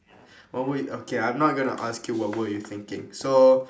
what word okay I'm not gonna ask you what word you thinking so